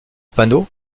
panneau